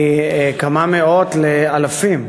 מכמה מאות לאלפים,